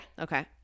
Okay